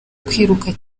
kwiruka